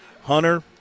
Hunter